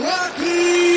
Rocky